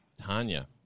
Tanya